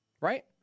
right